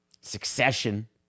Succession